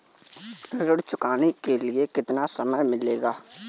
ऋण चुकाने के लिए कितना समय मिलेगा?